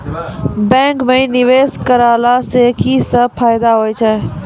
बैंको माई निवेश कराला से की सब फ़ायदा हो छै?